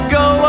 go